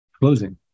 closing